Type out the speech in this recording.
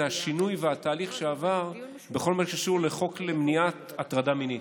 זה השינוי והתהליך שהיו בכל מה שקשור בחוק למניעת הטרדה מינית.